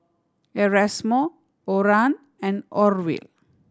Erasmo Oran and Orville